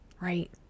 right